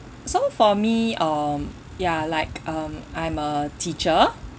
so for me um ya like um I'm a teacher